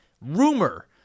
Rumor